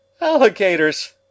Alligators